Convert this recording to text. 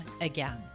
again